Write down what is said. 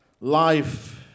life